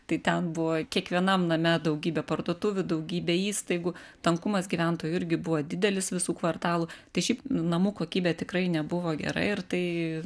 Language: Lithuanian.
tai ten buvo kiekvienam name daugybė parduotuvių daugybė įstaigų tankumas gyventojų irgi buvo didelis visų kvartalų tai šiaip namų kokybė tikrai nebuvo gera ir tai